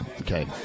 Okay